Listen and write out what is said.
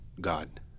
God